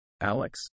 Alex